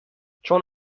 چون